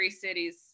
cities